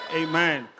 Amen